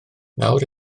nawr